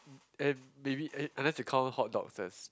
and maybe and unless you count hotdogs as